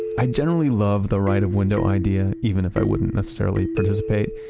i generally love the right of window idea, even if i wouldn't necessarily participate,